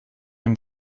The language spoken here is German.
dem